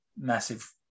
massive